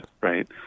right